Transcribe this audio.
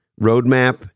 roadmap